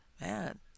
man